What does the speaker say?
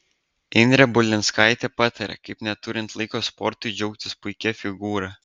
indrė burlinskaitė patarė kaip neturint laiko sportui džiaugtis puikia figūra